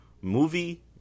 movie